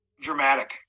dramatic